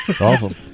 Awesome